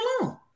alone